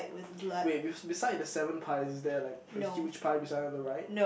wait be~ beside the seven pies is there like a huge pie beside on the right